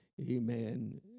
Amen